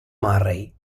murray